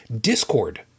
discord